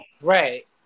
Right